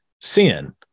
Sin